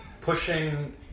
pushing